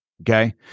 Okay